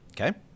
Okay